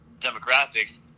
demographics